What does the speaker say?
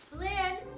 blynn?